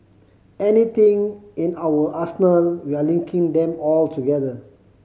anything in our arsenal we're linking them all together